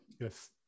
Yes